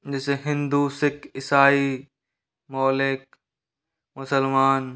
जैसे हिंदू सिख इसाई मौलिक मुसलमान